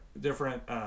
different